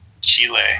Chile